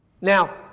Now